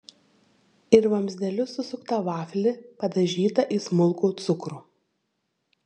ir vamzdeliu susuktą vaflį padažytą į smulkų cukrų